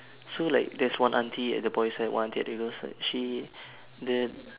so like there's one auntie at the boys' side one auntie at the girls' side she the